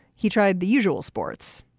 he tried the usual sports,